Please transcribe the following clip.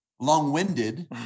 long-winded